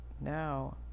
now